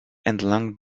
entlang